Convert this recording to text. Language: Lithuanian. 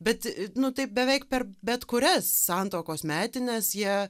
bet nu taip beveik per bet kurias santuokos metines jie